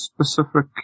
specific